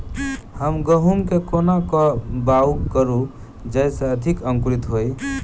हम गहूम केँ कोना कऽ बाउग करू जयस अधिक अंकुरित होइ?